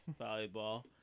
volleyball